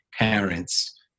parents